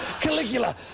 Caligula